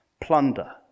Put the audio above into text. plunder